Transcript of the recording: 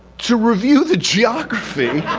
to review the geography,